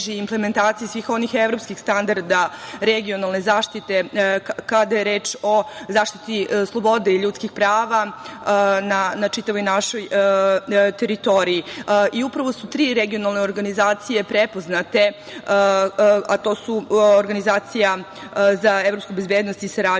implementaciji svih onih evropskih standarda regionalne zaštite kada je reč o zaštiti slobode i ljudskih prava na čitavoj našoj teritoriji i upravo su tri regionalne organizacije prepoznate, a to su Organizacija za evropsku bezbednost i saradnju